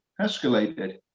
escalated